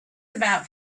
about